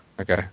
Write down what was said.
Okay